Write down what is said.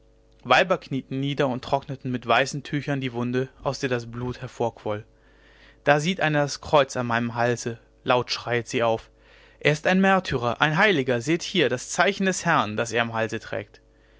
weiber knieten nieder und trockneten mit weißen tüchern die wunde aus der das blut hervorquoll da sieht eine das kreuz an meinem halse laut schreit sie auf er ist ein märtyrer ein heiliger seht hier das zeichen des herrn das er am halse trägt